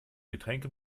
getränke